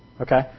Okay